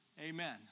Amen